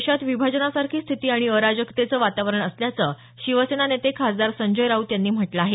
देशात विभाजनासारखी स्थिती आणि अराजकतेचं वातावरण असल्याचं शिवसेना नेते खासदार संजय राऊत यांनी म्हटलं आहे